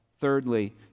Thirdly